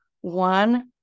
One